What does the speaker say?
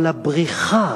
אבל הבריחה